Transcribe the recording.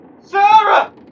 Sarah